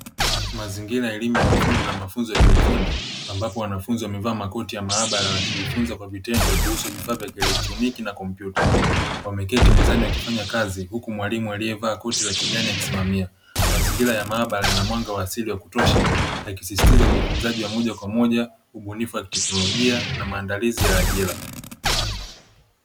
Mazingira elimu ya ufundi ya elimu ya ufundi na mafunzo ya kiufundi, ambapo wanafunzi wamevaa makoti ya maabara wakijifunza kwa vitendo kuhusu vifaa vya kieletroniki na komputa wameketi mezani wakifanya kazi. Huku mwalimu aliyevaa koti la kijani akisimama mazingira ya maabara yana mwanga wa asili wa kutosha yakisisitiza, ujifunzaji wa moja kwa moja ubunifu wa kitenolojia na maandaliza ya ajira.